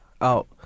out